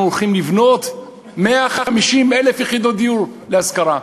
אנחנו הולכים לבנות 150,000 יחידות דיור להשכרה.